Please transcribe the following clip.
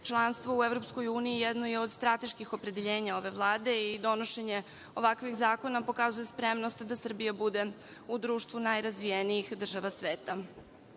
Članstvo u EU jedno je od strateških opredeljenja ove Vlade i donošenje ovakvih zakona pokazuje spremnost da Srbija bude u društvu najrazvijenijih država sveta. Još